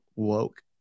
Woke